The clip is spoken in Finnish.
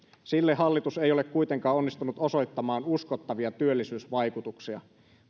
sille hallitus ei ole kuitenkaan onnistunut osoittamaan uskottavia työllisyysvaikutuksia